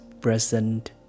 present